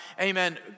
amen